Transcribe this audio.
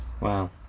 Wow